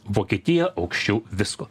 vokietija aukščiau visko